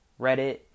Reddit